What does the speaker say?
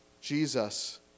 Jesus